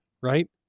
right